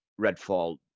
Redfall